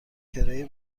کرایه